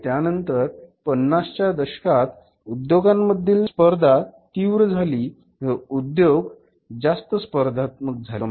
आणि त्यानंतर पन्नासच्या दशकात उद्योगांमधील स्पर्धा तीव्र झाली व उद्योग जास्त स्पर्धात्मक झाले